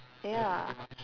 ya